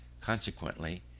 Consequently